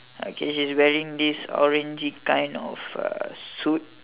okay she's wearing this orange kind of uh suit